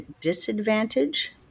disadvantage